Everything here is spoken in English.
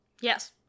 yes